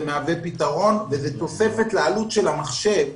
זה מהווה פתרון וזאת תוספת לעלות של המחשב.